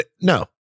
No